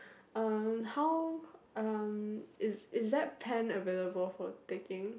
uh how um is is that pen available for taking